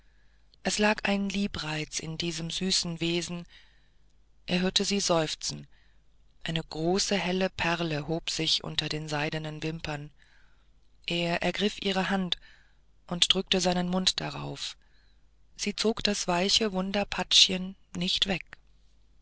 es lag ein liebreiz in diesem süßen wesen er hörte sie seufzen eine große helle perle hob sich unter den seidenen wimpern er ergriff ihre hand und drückte seinen mund darauf sie zog das weiche wunderpatschchen nicht weg